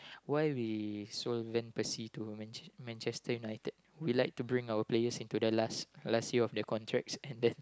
why we sold Van-Persie to Manche~ Manchester-United we like to bring our players into the last last year of the contracts and then